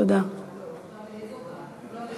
ההצעה להעביר את הנושא לוועדה שתקבע ועדת הכנסת נתקבלה.